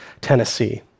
Tennessee